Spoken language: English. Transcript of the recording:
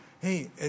Hey